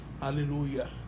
Hallelujah